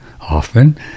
often